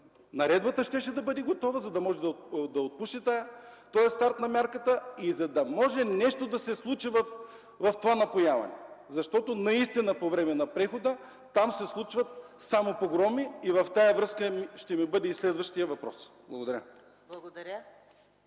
наредбата щеше да бъде готова, за да може да отпуши този старт на мярката и за да може да се случи нещо в това напояване. Защото наистина по време на прехода там се случват само погроми. В тази връзка ще бъде и следващият ми въпрос. Благодаря.